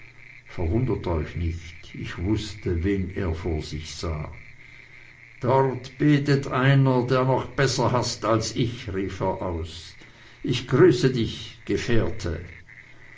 verwundert euch nicht ich wußte wen er vor sich sah dort betet einer der noch besser haßt als ich rief er aus ich grüße dich gefährte